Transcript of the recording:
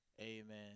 Amen